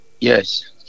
yes